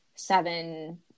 seven